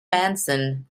manson